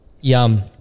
yum